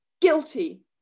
guilty